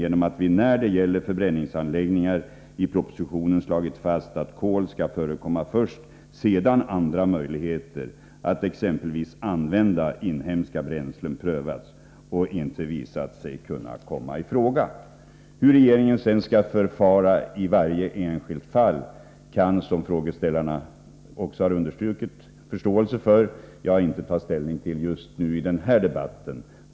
I propositionen har vi beträffande förbränningsanläggningar slagit fast att kol skall användas först sedan andra möjligheter, exempelvis att använda inhemska bränslen, har prövats och inte visat sig kunna komma i fråga. Hur regeringen sedan skall förfara i varje enskilt fall kan jag, som frågeställarna också har uttalat förståelse för, inte ta ställning till just i denna debatt.